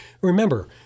Remember